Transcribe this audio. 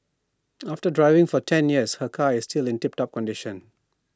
after driving for ten years her car is still in tip top condition